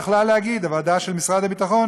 הוועדה של משרד הביטחון,